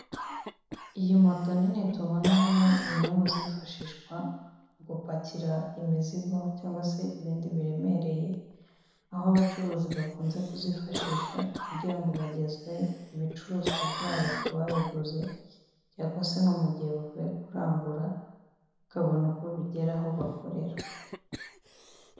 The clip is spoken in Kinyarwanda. Iyi moto nini tubona hano, ni imwe mu zifashishwa mu gupakira imizigo cyangwa se ibindi biremereye; aho abacuruzi bakunze kuzifashisha kugira ngo bagezwe ibicuruzwa byabo ku babiguze, cyangwa se nko mu gihe bavuye kurangura bakabona uko bigera aho bakorera.